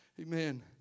Amen